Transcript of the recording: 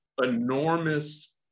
enormous